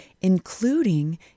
including